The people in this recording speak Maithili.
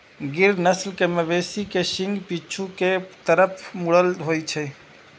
गिर नस्ल के मवेशी के सींग पीछू के तरफ मुड़ल होइ छै